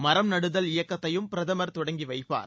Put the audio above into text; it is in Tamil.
மரம் நடுதல் இயக்கத்தையும் பிரதமர் தொடங்கி வைப்பார்